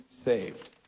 saved